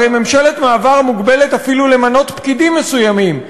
הרי ממשלת מעבר מוגבלת אפילו למנות פקידים מסוימים,